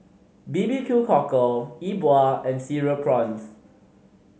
B B Q Cockle Yi Bua and Cereal Prawns